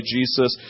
Jesus